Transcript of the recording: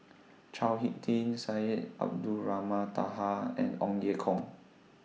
Chao Hick Tin Syed Abdulrahman Taha and Ong Ye Kung